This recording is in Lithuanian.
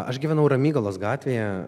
aš gyvenau ramygalos gatvėje